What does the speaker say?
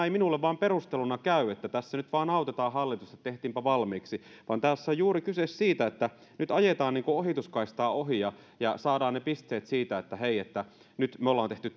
ei perusteluna vain käy että tässä nyt vain autetaan hallitusta tehtiinpä valmiiksi tässä on kyse juuri siitä että nyt ajetaan niin kuin ohituskaistaa ohi ja ja saadaan ne pisteet siitä että hei nyt me olemme tehneet